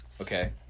okay